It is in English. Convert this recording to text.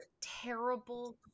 terrible